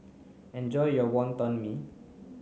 enjoy your Wonton Mee